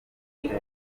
inyoko